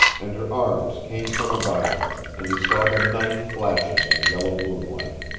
and her arms came from about him, and he saw the knife flashing in the yellow moonlight.